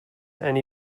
and